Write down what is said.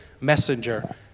messenger